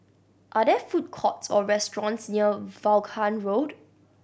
are there food courts or restaurants near Vaughan Road